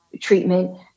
treatment